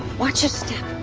watch your step.